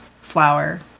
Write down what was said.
flour